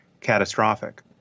catastrophic